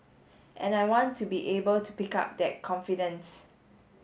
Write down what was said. and I want to be able to pick up that confidence